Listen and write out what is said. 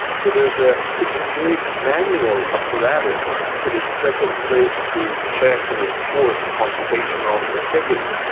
so there is a pretty big manual apparatus that is set in place to check and enforce computational integrity,